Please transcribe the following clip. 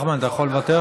נחמן, אתה יכול לוותר?